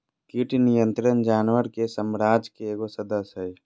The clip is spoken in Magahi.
कीट नियंत्रण जानवर के साम्राज्य के एगो सदस्य हइ